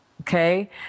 Okay